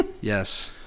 Yes